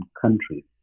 countries